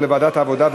לוועדת העבודה,